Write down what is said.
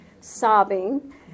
sobbing